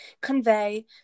convey